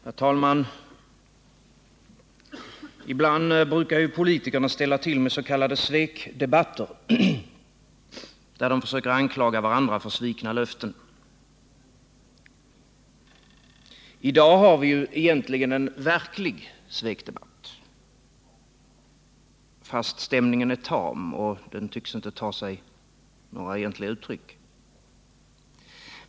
Herr talman! Ibland brukar politikerna ställa till med s.k. svekdebatter, där de försöker anklaga varandra för svikna löften. I dag har vi egentligen en verklig svekdebatt, fastän stämningen är tam och inte tycks vilja ta sig några egentliga uttryck.